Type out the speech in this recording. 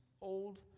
old